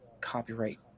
copyright